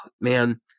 man